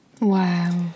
Wow